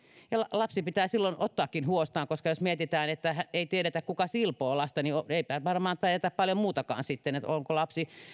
lapsi pitää silloin ottaakin huostaan koska jos mietimme että ei tiedetä kuka silpoo lasta niin eipä varmaan tiedetä paljon muutakaan sitten onko lapsi